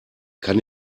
kann